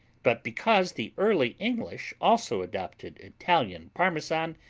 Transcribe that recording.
but because the early english also adopted italian parmesan,